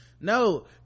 No